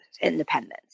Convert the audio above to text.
independence